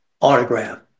autograph